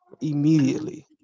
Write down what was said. immediately